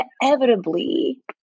inevitably